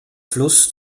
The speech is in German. fluss